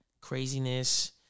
craziness